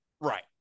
Right